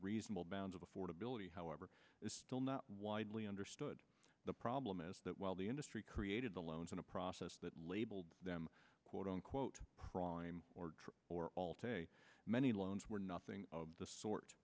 reasonable bounds of affordability however is still not widely understood the problem is that while the industry created the loans in a process that labeled them quote unquote prime or true or all today many loans were nothing of the sort